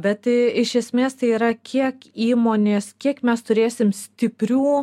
bet iš esmės tai yra kiek įmonės kiek mes turėsim stiprių